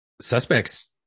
suspects